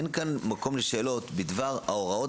אין כאן מקום לשאלות בדבר ההוראות